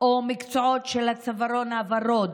או מקצועות של הצווארון הוורוד.